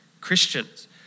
Christians